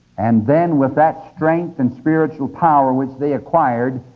and then with that strength and spiritual power which they acquired,